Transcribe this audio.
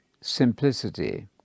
simplicity